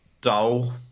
dull